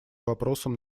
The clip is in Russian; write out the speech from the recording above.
вопросом